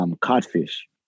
codfish